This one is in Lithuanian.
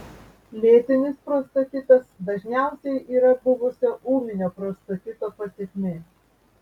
lėtinis prostatitas dažniausiai yra buvusio ūminio prostatito pasekmė